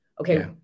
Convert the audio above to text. Okay